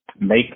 make